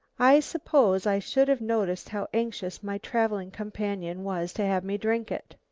i suppose i should have noticed how anxious my travelling companion was to have me drink it.